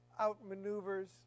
outmaneuvers